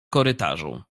korytarzu